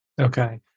Okay